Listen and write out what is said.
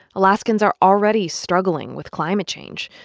alaskans are already struggling with climate change.